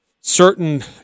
certain